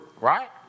right